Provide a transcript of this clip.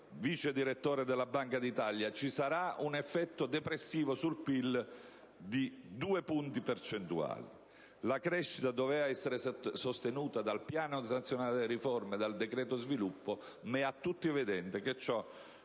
vice direttore della Banca d'Italia, ci sarà un effetto depressivo sul PIL di due punti percentuali. La crescita doveva essere sostenuta dal Piano nazionale delle riforme e dal decreto sviluppo, ma è a tutti evidente che ciò